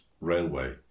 railway